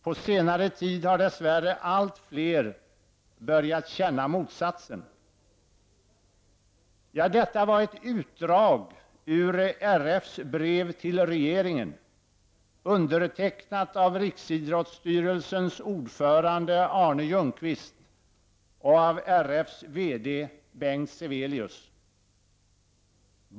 På senare tid har dess värre allt fler börjat känna motsatsen.” Detta var ett utdrag ur RF:s brev till regeringen, undertecknat av Riksidrottsstyrelsens ordförande Arne Ljungqvist och RF:s VD Bengt Sevelius.